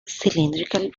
cylindrical